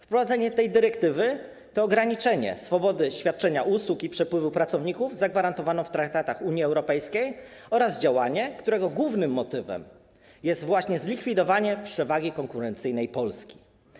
Wprowadzenie tej dyrektywy to ograniczenie swobody świadczenia usług i przepływu pracowników zagwarantowanej w traktatach Unii Europejskiej oraz działanie, którego głównym motywem jest właśnie zlikwidowanie przewagi konkurencyjnej Polski.